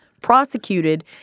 prosecuted